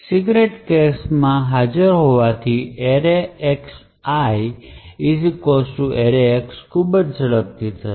secret કેશમાં હાજર હોવાથી arrayxI arrayx ખૂબ જ ઝડપથી થશે